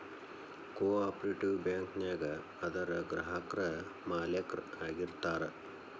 co operative bank ನ್ಯಾಗ ಅದರ್ ಗ್ರಾಹಕ್ರ ಮಾಲೇಕ್ರ ಆಗಿರ್ತಾರ